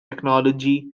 technology